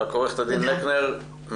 עורכת הדין לקנר,